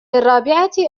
الرابعة